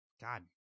god